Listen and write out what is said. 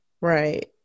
right